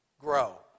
grow